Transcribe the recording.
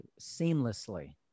seamlessly